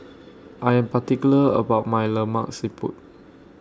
I Am particular about My Lemak Siput